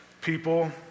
people